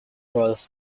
was